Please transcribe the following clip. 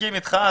מסכים אתך.